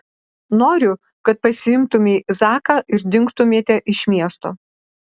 noriu kad pasiimtumei zaką ir dingtumėte iš miesto